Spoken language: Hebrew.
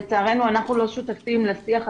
לצערנו אנחנו לא שותפים לשיח התקציבי,